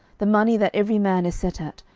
the money that every man is set at,